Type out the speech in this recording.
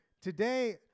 Today